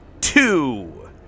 two